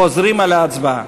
חוזרים על ההצבעה.